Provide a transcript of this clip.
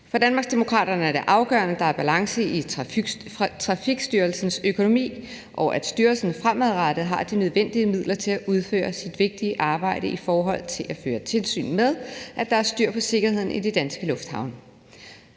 For Danmarksdemokraterne er det afgørende, der er balance i Trafikstyrelsens økonomi, og at styrelsen fremadrettet har de nødvendige midler til at udføre sit vigtige arbejde i forhold til at føre tilsyn med, at der er styr på sikkerheden i de danske lufthavne.